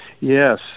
Yes